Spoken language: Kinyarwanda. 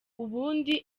ubundi